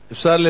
ממשלתית,